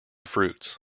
fruits